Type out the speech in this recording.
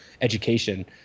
education